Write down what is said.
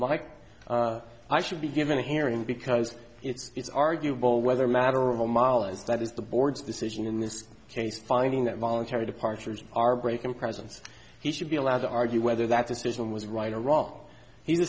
like i should be given a hearing because it's arguable whether matter of all mollie's that is the board's decision in this case finding that voluntary departures are breaking presence he should be allowed to argue whether that decision was right or wrong he's